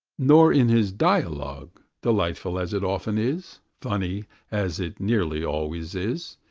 nor in his dialogue, delightful as it often is, funny as it nearly always is,